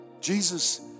Jesus